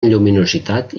lluminositat